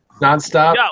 nonstop